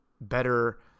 better